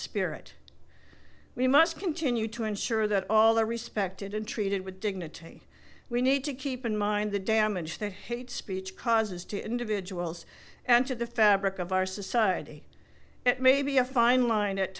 spirit we must continue to ensure that all are respected and treated with dignity we need to keep in mind the damage the hate speech causes to individuals and to the fabric of our society it may be a fine line at